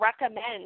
recommend